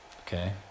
Okay